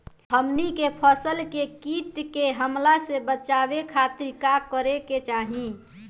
हमनी के फसल के कीट के हमला से बचावे खातिर का करे के चाहीं?